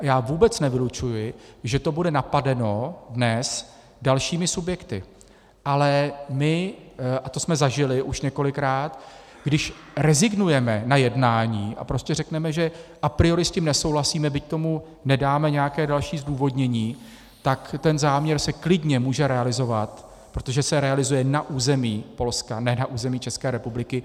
A já vůbec nevylučuji, že to bude dnes napadeno dalšími subjekty, ale my, a to jsme zažili už několikrát, když rezignujeme na jednání a řekneme, že s tím a priori nesouhlasíme, byť tomu nedáme nějaké další zdůvodnění, tak záměr se klidně může realizovat, protože se realizuje na území Polska, ne na území České republiky.